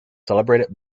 celebrated